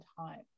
time